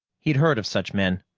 he'd heard of such men.